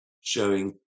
showing